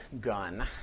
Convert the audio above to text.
gun